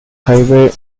highway